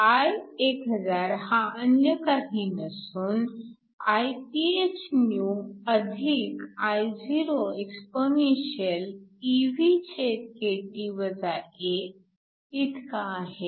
I1000 हा अन्य काही नसून IphnewIoexp⁡ इतका आहे